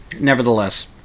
nevertheless